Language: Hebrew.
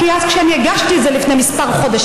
כי כשאני הגשתי את זה לפני כמה חודשים,